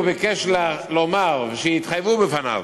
2. הוא ביקש לומר, שיתחייבו בפניו,